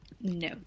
No